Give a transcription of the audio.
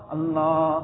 Allah